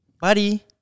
buddy